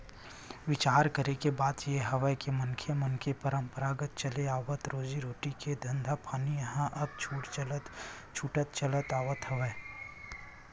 बिचार करे के बात ये हवय के मनखे मन के पंरापरागत चले आवत रोजी रोटी के धंधापानी ह अब छूटत चले जावत हवय